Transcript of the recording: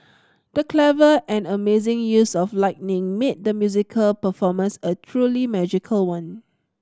the clever and amazing use of lighting made the musical performance a truly magical one